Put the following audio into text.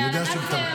זה הלנת מת.